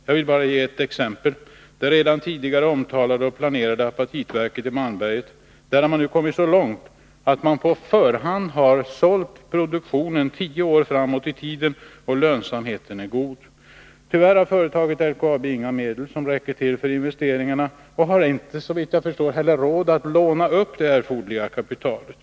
Jag vill bara ge ett exempel, nämligen det redan tidigare omtalade och planerade apatitverket i Malmberget. Där har man nu kommit så långt att man på förhand har sålt hela produktionen för tio år framåt i tiden, och lönsamheten är god. Tyvärr har företaget LKAB inga egna medel som räcker för investeringarna och inte heller, såvitt jag förstår, råd att låna upp det erforderliga kapitalet.